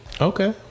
Okay